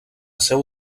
seu